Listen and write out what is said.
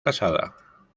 casada